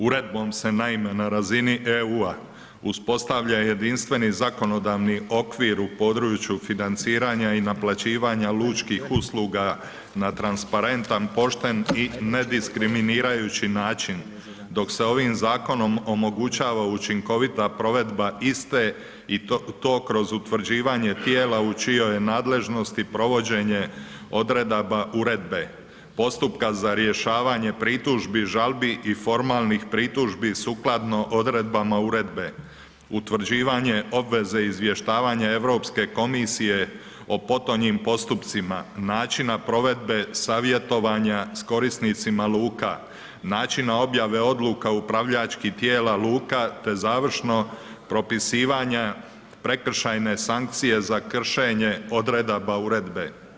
Uredbom se naime na razini EU uspostavlja jedinstveni zakonodavni okvir u području financiranja i naplaćivanja lučkih usluga na transparentan, pošten i nediskriminirajući zakon dok se ovim zakonom omogućava učinkovita provedba iste i to kroz utvrđivanje tijela u čijoj je nadležnosti provođenje odredaba uredbe postupka za rješavanje pritužbi, žalbi i formalnih pritužbi sukladno odredbama Uredbe, utvrđivanje obveze izvještavanja Europske komisije o potonjim postupcima, načina provedbe, savjetovanja sa korisnicima luka, načina objave odluka upravljačkih tijela luka te završno propisivanje prekršajne sankcije za kršenje odredaba uredbe.